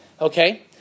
Okay